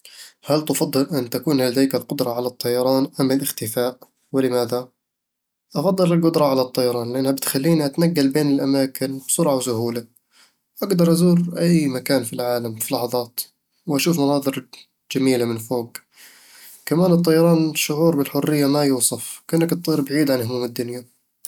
هل تفضل أن تكون لديك القدرة على الطيران أم الاختفاء؟ ولماذا؟ أفضل القدرة على الطيران، لأنها بتخليني أتنقل بين الأماكن بسرعة وسهولة أقدر أزور أي مكان في العالم في لحظات وأشوف مناظر جميلة من فوق كمان الطيران شعور بالحرية ما يُوصف، وكأنك تطير بعيد عن هموم الدنيا